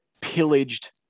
pillaged